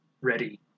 ready